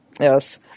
Yes